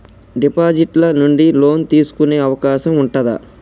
Deposit ల నుండి loan తీసుకునే అవకాశం ఉంటదా?